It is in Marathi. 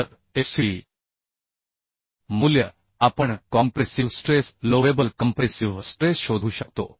तर Fcd मूल्य आपण compressive stress allowable compressive stress शोधू शकतो